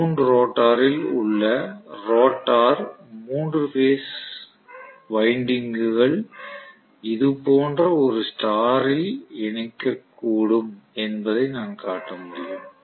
wound ரோட்டரில் உள்ள rotor 3 phase வைண்டிங்க்குகள் இது போன்ற ஒரு ஸ்டார் ல் இணைக்கக்கூடும் என்பதை நான் காட்ட முடியும்